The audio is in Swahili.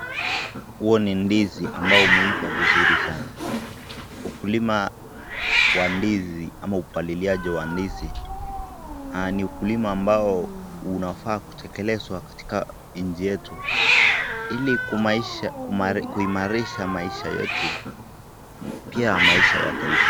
Huo ni ndizi ambao umeiva vizuri sana. Ukulima wa ndizi ama upaliliani wa ndizi, ni ukulima ambao unafaa kutekelezwa katikati nchi yetu, ili kuimarisha maisha yetu pia maisha ya taifa.